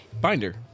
binder